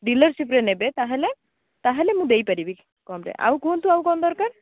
ଡିଲରସିପ୍ରେ ନେବେ ତାହେଲେ ତାହେଲେ ମୁଁ ଦେଇପାରିବି କମ୍ରେ ଆଉ କୁହନ୍ତୁ ଆଉ କ'ଣ ଦରକାର